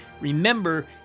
remember